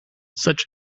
such